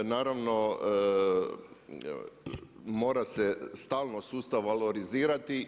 Naravno mora se, stalno sustav valorizirati.